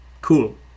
Cool